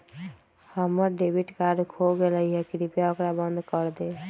हम्मर debit card खो गयले है, कृपया ओकरा बंद कर दे